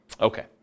Okay